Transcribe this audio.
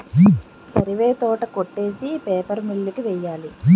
సరివే తోట కొట్టేసి paper mill కి వెయ్యాలి